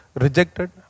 rejected